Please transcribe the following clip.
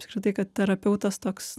apskritai kad terapeutas toks